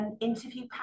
Interview